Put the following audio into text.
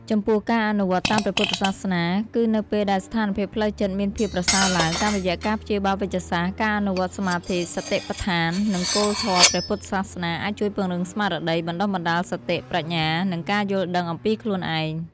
ចំពោះការអនុវត្តន៍តាមព្រះពុទ្ធសាសនា គឺនៅពេលដែលស្ថានភាពផ្លូវចិត្តមានភាពប្រសើរឡើង តាមរយៈការព្យាបាលវេជ្ជសាស្ត្រ ការអនុវត្តន៍សមាធិ សតិប្បដ្ឋាន និងគោលធម៌ព្រះពុទ្ធសាសនាអាចជួយពង្រឹងស្មារតី បណ្ដុះបណ្ដាលសតិ ប្រាជ្ញា និងការយល់ដឹងអំពីខ្លួនឯង។